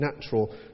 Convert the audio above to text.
natural